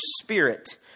spirit